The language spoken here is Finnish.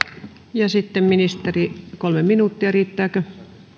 ja sitten ministeri kolme minuuttia riittääkö